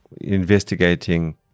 investigating